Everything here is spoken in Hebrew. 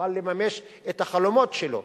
יוכל לממש את החלומות שלו.